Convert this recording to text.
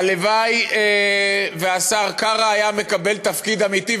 הלוואי שהשר קרא היה מקבל תפקיד אמיתי,